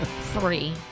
Three